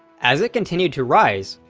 as it continued to rise,